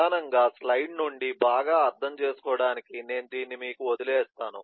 ప్రధానంగా స్లైడ్ నుండి బాగా అర్థం చేసుకోవడానికి నేను దీన్ని మీకు వదిలివేస్తాను